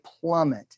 plummet